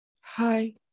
Hi